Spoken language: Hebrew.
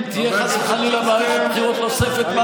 אם תהיה חס וחלילה מערכת בחירות נוספת,